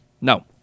No